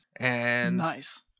Nice